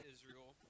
Israel